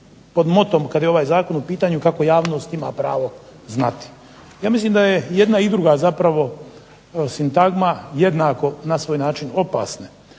pod motom kad je ovaj zakon u pitanju kako javnost ima pravo znati. Ja mislim da je jedna i druga zapravo sintagma jednako na svoj način opasne.